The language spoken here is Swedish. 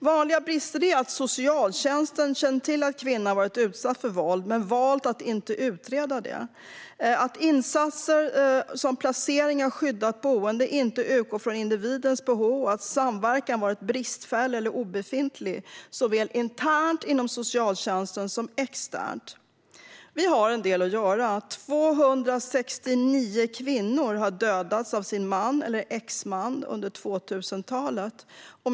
Vanliga brister är att socialtjänsten känt till att kvinnan varit utsatt för våld men valt att inte utreda detta, att insatser som placering på skyddat boende inte utgår från individens behov och att samverkan varit bristfällig eller obefintlig, såväl internt inom socialtjänsten som externt. Vi har en del att göra. 269 kvinnor har dödats av sin man eller exman under 2000-talet.